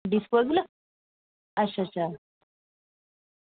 disposal अच्छा अच्छा